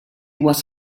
was